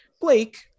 Blake